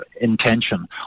intention